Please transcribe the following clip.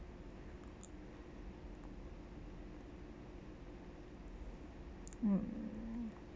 mm